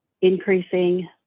increasing